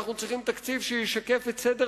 אנחנו צריכים תקציב שישקף את סדר